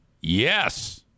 Yes